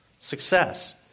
Success